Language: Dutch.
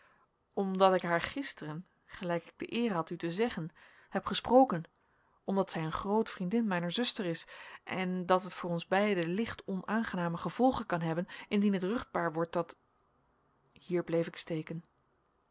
omdat ik haar gisteren gelijk ik de eer had u te zeggen heb gesproken omdat zij een groot vriendin mijner zuster is en dat het voor ons beiden licht onaangename gevolgen kan hebben indien het ruchtbaar wordt dat hier bleef ik steken